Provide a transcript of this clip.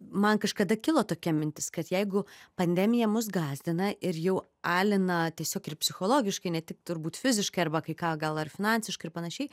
man kažkada kilo tokia mintis kad jeigu pandemija mus gąsdina ir jau alina tiesiog ir psichologiškai ne tik turbūt fiziškai arba kai ką gal ar finansiškai ir panašiai